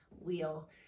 wheel